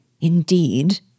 Indeed